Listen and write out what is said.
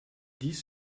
dix